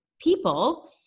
people